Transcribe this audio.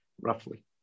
roughly